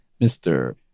Mr